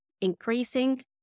increasing